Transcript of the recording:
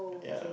ya